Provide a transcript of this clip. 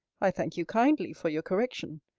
i thank you kindly for your correction.